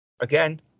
again